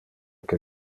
que